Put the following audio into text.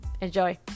Enjoy